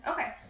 Okay